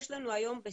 אין היום בצה"ל